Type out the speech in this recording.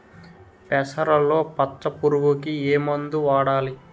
పెసరలో పచ్చ పురుగుకి ఏ మందు వాడాలి?